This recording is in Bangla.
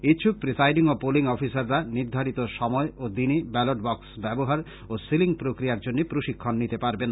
ইচ্ছুক প্রিসাইডিং ও পোলিং অফিসাররা নির্ধারিত সময় ও দিনে ব্যলট বক্স ব্যবহার ও সিলিং প্রক্রিয়ার জন্য প্রশিক্ষন নিতে পারবেন